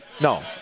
No